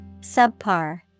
Subpar